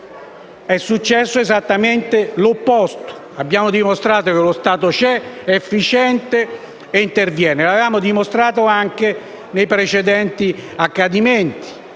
è successo esattamente l'opposto. Abbiamo dimostrato che lo Stato c'è, è efficiente e interviene, come comprovato anche in occasione di precedenti accadimenti